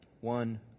one